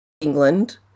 England